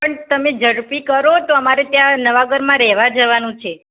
પણ તમે ઝડપી કરો તો અમારે ત્યાં નવાં ઘરમાં રહેવા જવાનું છે